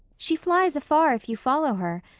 she flies afar if you follow her,